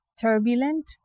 turbulent